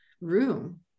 room